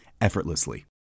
effortlessly